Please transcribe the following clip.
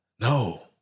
No